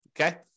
Okay